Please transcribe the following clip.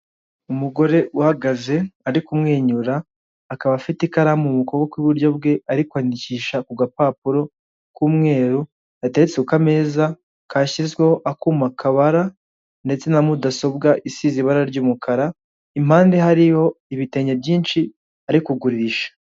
Umugore uhagaze ari kumwenyura, akaba afite ikaramu mu kuboko kw'iburyo bwe ari kwandikisha ku gapapuro k'umweru, yateretse ku kameza kashyizweho akuma kabara ndetse na mudasobwa isize ibara ry'umukara, impande hariho ibitenge byinshi ari kugurisha.